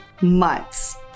months